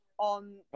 on